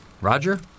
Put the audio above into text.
Roger